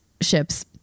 ships